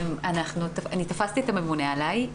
אני תפסתי את הממונה עלי,